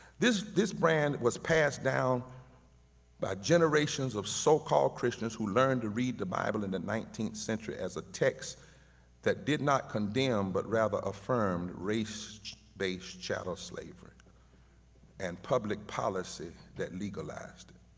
this this brand was passed down by generations of so-called christians who learned to read the bible in the nineteenth century as a text that did not condemn, but rather affirmed race-based chattel slavery and public policy that legalized it,